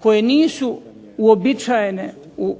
koji nisu uobičajene u